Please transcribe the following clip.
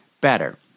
better